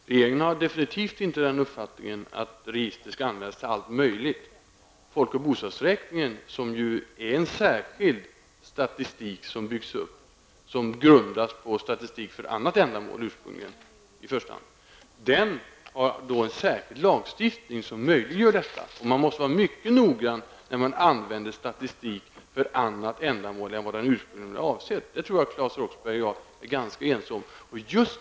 Fru talman! Regeringen har definitivt inte den uppfattningen att registren skall användas till allt möjligt. Folk och bostadsräkningen, som ju är en särskild statistik som byggs upp och som i första hand grundar sig på statistik som ursprungligen har gjorts för annat ändamål, regleras av en särskild lagstiftning som möjliggör detta. Man måste vara mycket noggrann när man använder statistik för andra ändamål än det för vilket den ursprungligen är avsedd. Det tror jag att Claes Roxbergh och jag är ganska ense om.